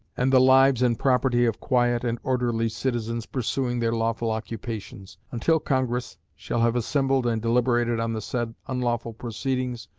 and the lives and property of quiet and orderly citizens pursuing their lawful occupations, until congress shall have assembled and deliberated on the said unlawful proceedings,